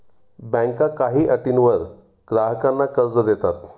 बँका काही अटींवर ग्राहकांना हे कर्ज देतात